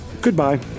goodbye